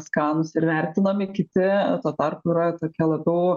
skanūs ir vertinami kiti tuo tarpu yra tokie labiau